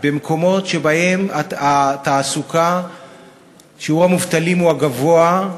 מקומות שבהם שיעור המובטלים הוא גבוה,